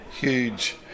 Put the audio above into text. huge